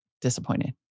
disappointed